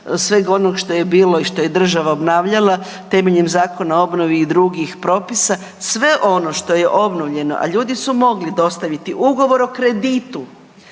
sveg onog što je bilo i što je država obnavljala, temeljem Zakona o obnovi i drugih propisa, sve ono što je obnovljeno, a ljudi su mogli dostaviti ugovor o kreditu,